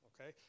okay